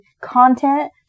content